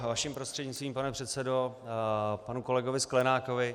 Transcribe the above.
Vaším prostřednictvím, pane předsedo, panu kolegovi Sklenákovi.